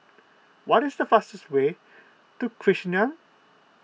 what is the fastest way to Chisinau